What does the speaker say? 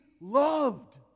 loved